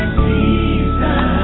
season